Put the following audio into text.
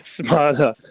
smarter